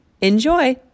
Enjoy